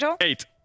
Eight